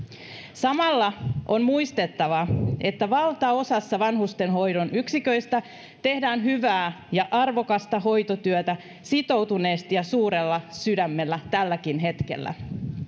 samalla on muistettava että valtaosassa vanhustenhoidon yksiköistä tehdään hyvää ja arvokasta hoitotyötä sitoutuneesti ja suurella sydämellä tälläkin hetkellä